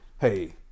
hey